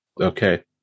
Okay